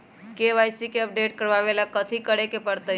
KYC के update करवावेला कथि करें के परतई?